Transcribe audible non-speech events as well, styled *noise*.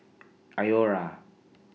*noise* Iora